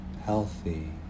Healthy